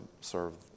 serve